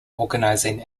organizing